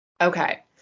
Okay